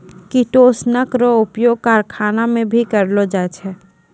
किटोसनक रो उपयोग करखाना मे भी करलो जाय छै